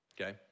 okay